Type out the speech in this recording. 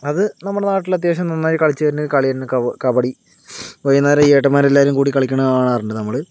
അത് നമ്മുടെ നാട്ടിലത്യാവശ്യം നന്നായി കളിച്ചു വരുന്ന ഒരു കളിയാണ് കബഡി വൈകുന്നേരം ഈ എട്ടന്മാരെല്ലാവരും കൂടി കളിക്കുന്ന കാണാറുണ്ട് നമ്മൾ